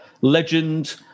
legend